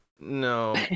No